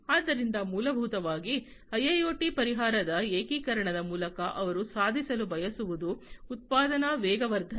ಆದ್ದರಿಂದ ಮೂಲಭೂತವಾಗಿ ಐಐಒಟಿ ಪರಿಹಾರದ ಏಕೀಕರಣದ ಮೂಲಕ ಅವರು ಸಾಧಿಸಲು ಬಯಸುವುದು ಉತ್ಪಾದನಾ ವೇಗವರ್ಧನೆ